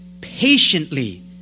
patiently